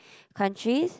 countries